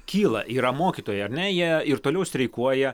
kyla yra mokytojai ar ne jie ir toliau streikuoja